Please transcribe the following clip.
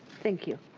thank you.